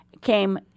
came